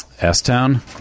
S-Town